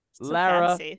Lara